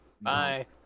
bye